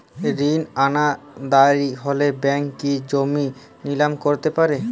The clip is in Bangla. ঋণ অনাদায়ি হলে ব্যাঙ্ক কি জমি নিলাম করতে পারে?